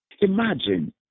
Imagine